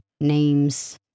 names